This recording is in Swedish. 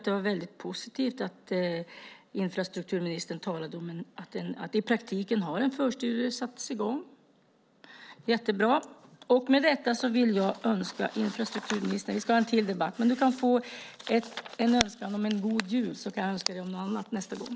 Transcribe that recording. Det var väldigt positivt att infrastrukturministern talade om att i praktiken har en förstudie satts i gång. Det är jättebra. Infrastrukturministern och jag ska ha en till debatt i dag, men hon kan få en önskan om en god jul, så kan jag önska henne något annat nästa gång.